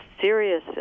serious